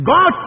God